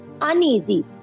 uneasy